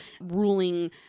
ruling